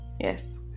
yes